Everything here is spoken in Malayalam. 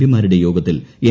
പി മാരുടെ യോഗത്തിൽ എൻ